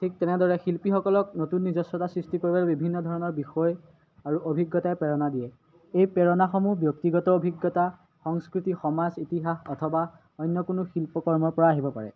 ঠিক তেনেদৰে শিল্পীসকলক নতুন নিজস্বতা সৃষ্টি কৰিবলৈ বিভিন্ন ধৰণৰ বিষয় আৰু অভিজ্ঞতাই প্ৰেৰণা দিয়ে এই প্ৰেৰণাসমূহ ব্যক্তিগত অভিজ্ঞতা সংস্কৃতি সমাজ ইতিহাস অথবা অন্য কোনো শিল্পকৰ্মৰ পৰা আহিব পাৰে